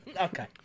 Okay